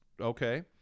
okay